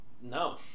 No